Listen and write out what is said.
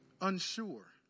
unsure